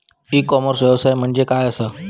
E commerce व्यवसाय म्हणजे काय असा?